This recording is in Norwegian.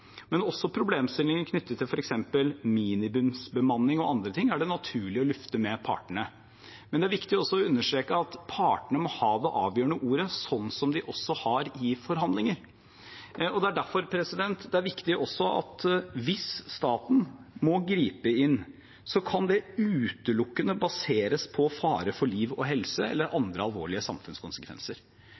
Men også problemstillinger knyttet til f.eks. minimumsbemanning og annet er det naturlig å lufte med partene. Men det er viktig også å understreke at partene må ha det avgjørende ordet, som de også har i forhandlinger. Det er derfor det også er viktig at hvis staten må gripe inn, kan det utelukkende baseres på fare for liv og helse eller andre alvorlige samfunnskonsekvenser.